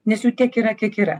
nes jų tiek yra kiek yra